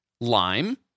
lime